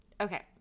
Okay